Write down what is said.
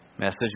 Message